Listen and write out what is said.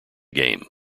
game